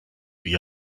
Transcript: wie